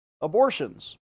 abortions